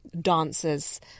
dancers